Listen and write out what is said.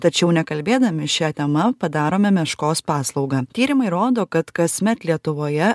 tačiau nekalbėdami šia tema padarome meškos paslaugą tyrimai rodo kad kasmet lietuvoje